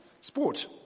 sport